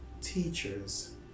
Teachers